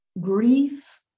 grief